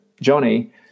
Johnny